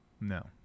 No